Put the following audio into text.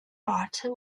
barton